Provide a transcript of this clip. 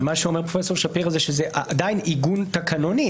אבל מה שאומר פרופ' שפירא זה שזה עדיין עיגון תקנוני.